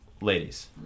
ladies